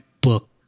book